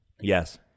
Yes